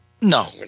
No